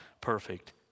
perfect